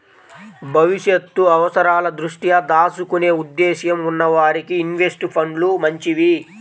భవిష్యత్తు అవసరాల దృష్ట్యా దాచుకునే ఉద్దేశ్యం ఉన్న వారికి ఇన్వెస్ట్ ఫండ్లు మంచివి